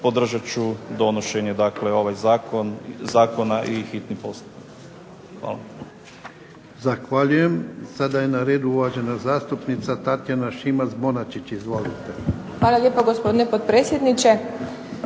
podržat ću donošenje ovog zakona i hitni postupak. Hvala.